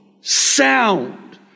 sound